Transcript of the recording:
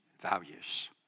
values